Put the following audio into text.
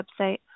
website